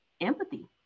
empathy